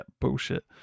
bullshit